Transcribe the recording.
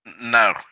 no